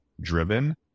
driven